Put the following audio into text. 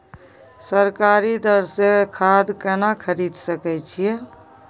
सरकारी दर से खाद केना खरीद सकै छिये?